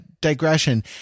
digression